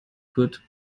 good